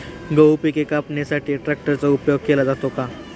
गहू पिके कापण्यासाठी ट्रॅक्टरचा उपयोग केला जातो का?